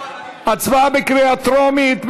הצבעה בקריאה טרומית.